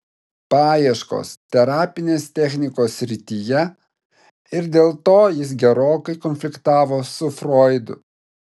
paieškos terapinės technikos srityje ir dėl to jis gerokai konfliktavo su froidu